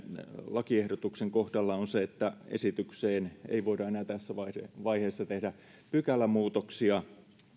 lakiehdotuksen kohdalla on se että esitykseen ei voida enää tässä vaiheessa tehdä pykälämuutoksia